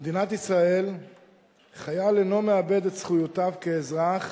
במדינת ישראל חייל אינו מאבד את זכויותיו כאזרח